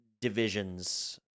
divisions